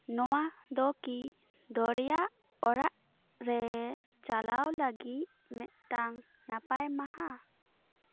ᱱᱚᱣᱟ ᱫᱚ ᱠᱤ ᱫᱚᱨᱭᱟ ᱚᱲᱟᱜᱨᱮ ᱪᱟᱞᱟᱣ ᱞᱟᱹᱜᱤᱫ ᱢᱤᱫᱴᱟᱝ ᱱᱟᱯᱟᱭ ᱢᱟᱦᱟ